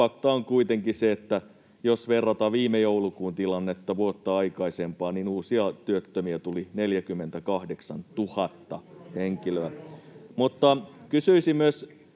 Fakta on kuitenkin se, että jos verrataan viime joulukuun tilannetta vuotta aikaisempaan, niin uusia työttömiä tuli 48 000 henkilöä. [Paavo Arhinmäki: